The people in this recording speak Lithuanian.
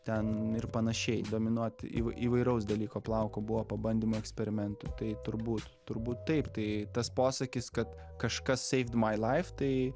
ten ir panašiai dominuoti įvairaus dalyko plauko buvo pabandymui eksperimentų tai turbūt turbūt taip tai tas posakis kad kažkas seived mai laif